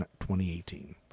2018